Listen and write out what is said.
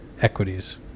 equities